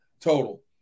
total